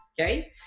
okay